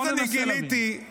בוא ננסה להבין.